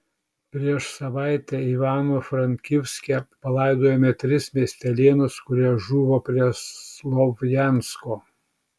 prieš savaitę ivano frankivske palaidojome tris miestelėnus kurie žuvo prie slovjansko